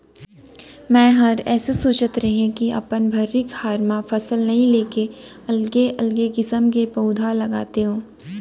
मैंहर एसो सोंचत रहें के अपन भर्री खार म फसल नइ लेके अलगे अलगे किसम के पउधा लगातेंव